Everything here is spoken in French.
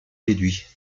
déduit